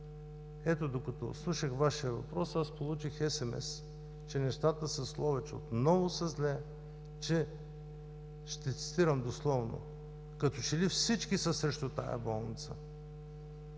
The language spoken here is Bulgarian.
Докато слушах Вашия въпрос, получих SMS, че нещата с Ловеч отново са зле, че, ще цитирам дословно: „като че ли всички са срещу тази болница“.